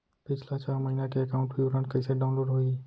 पिछला छः महीना के एकाउंट विवरण कइसे डाऊनलोड होही?